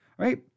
right